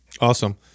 awesome